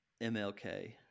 mlk